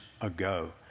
ago